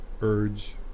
urge